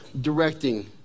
directing